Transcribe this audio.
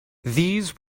these